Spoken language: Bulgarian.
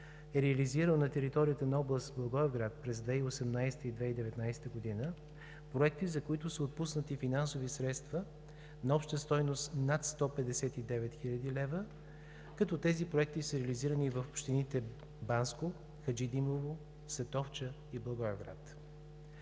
е реализирал на територията на област Благоевград през 2018 г. и 2019 г. проекти, за които са отпуснати финансови средства на обща стойност над 159 хил. лв., като тези проекти са реализирани в общините Банско, Хаджидимово, Сатовча и Благоевград.